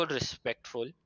respectful